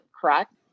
correct